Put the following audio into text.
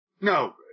No